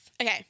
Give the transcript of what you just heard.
Okay